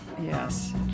Yes